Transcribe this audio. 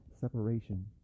separation